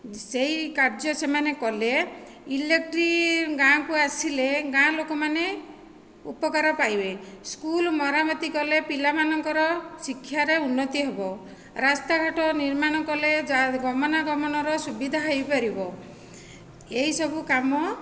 ସେହି କାର୍ଯ୍ୟ ସେମାନେ କଲେ ଇଲେକ୍ଟ୍ରି ଗାଁକୁ ଆସିଲେ ଗାଁ ଲୋକମାନେ ଉପକାର ପାଇବେ ସ୍କୁଲ ମରାମତି କଲେ ପିଲାମାନଙ୍କର ଶିକ୍ଷାରେ ଉନ୍ନତି ହେବ ରାସ୍ତାଘାଟ ନିର୍ମାଣ କଲେ ଗମନାଗମନର ସୁବିଧା ହୋଇପାରିବ ଏହି ସବୁ କାମ